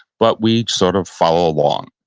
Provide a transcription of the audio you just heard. but we sort of follow along.